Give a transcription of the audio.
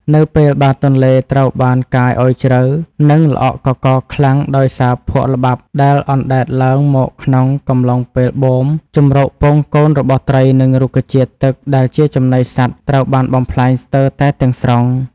នៅពេលបាតទន្លេត្រូវបានកាយឱ្យជ្រៅ និងល្អក់កករខ្លាំងដោយសារភក់ល្បាប់ដែលអណ្តែតឡើងមកក្នុងកំឡុងពេលបូម ជម្រកពងកូនរបស់ត្រី និងរុក្ខជាតិទឹកដែលជាចំណីសត្វត្រូវបានបំផ្លាញស្ទើរតែទាំងស្រុង។